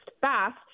fast